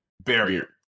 Barrier